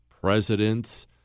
presidents